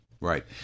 Right